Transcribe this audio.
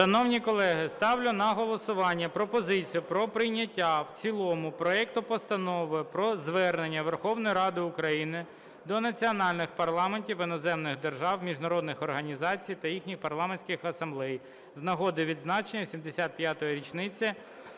Шановні колеги, ставлю на голосування пропозицію про прийняття в цілому проекту Постанови про Звернення Верховної Ради України до національних парламентів іноземних держав, міжнародних організацій та їхніх парламентських асамблей з нагоди відзначення 75-ї річниці